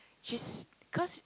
she's cause